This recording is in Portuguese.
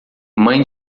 mãe